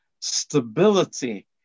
Stability